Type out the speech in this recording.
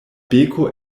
beko